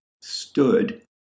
stood